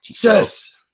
Yes